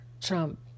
Trump